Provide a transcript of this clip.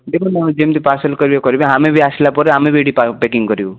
ଦେଖନ୍ତୁ ଯେମିତି ପାର୍ଶଲ୍ କରିବେ କରିବେ ଆମେ ବି ଆସିଲା ପରେ ଆମେ ବି ଏଠି ପ୍ୟାକିଙ୍ଗ କରିବୁ